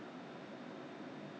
to to hook things one